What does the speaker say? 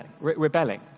Rebelling